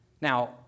Now